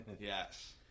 Yes